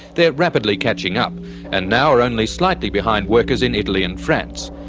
they are rapidly catching up and now are only slightly behind workers in italy and france.